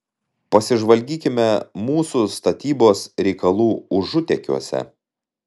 pasižvalgykime mūsų statybos reikalų užutėkiuose